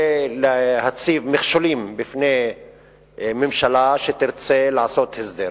זה להציב מכשולים בפני ממשלה שתרצה לעשות הסדר.